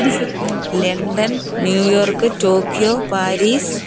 London New York Tokyo Paris